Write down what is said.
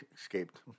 escaped